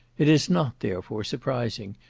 it is not, therefore, surprising,